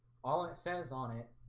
all it says on it